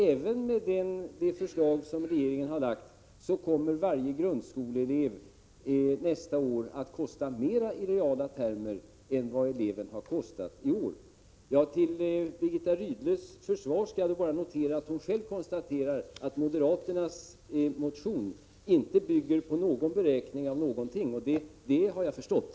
Även med det förslag som regeringen har lagt fram kommer varje grundskoleelev nästa år att kosta mera i reala termer än vad eleven har kostat iår. Till Birgitta Rydles försvar noterar jag att hon själv konstaterar att moderaternas motion inte bygger på en beräkning av någonting, och det har jag förstått.